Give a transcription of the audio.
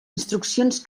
instruccions